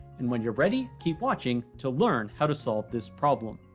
and when you're ready, keep watching to learn how to solve this problem